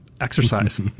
exercise